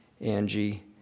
Angie